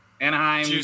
Anaheim